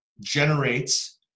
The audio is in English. generates